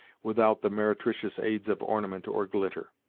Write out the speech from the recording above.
without the meretricious aids of ornament or glitter.